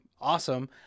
Awesome